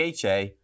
dha